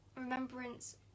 remembrance